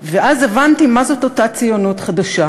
ואז הבנתי מה זאת אותה ציונות חדשה,